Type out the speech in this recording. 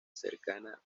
cercana